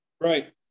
Right